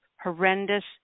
horrendous